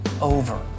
over